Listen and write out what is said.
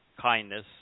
kindness